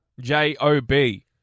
J-O-B